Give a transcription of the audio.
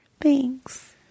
Thanks